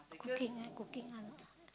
cooking ah cooking ah not